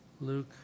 Luke